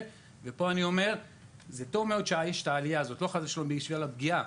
ופה אני אומר שזה טוב מאוד שיש עלייה לא חס ושלום מבחינת הפגיעה,